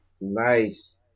Nice